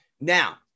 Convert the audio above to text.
Now